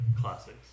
classics